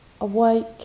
awake